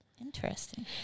interesting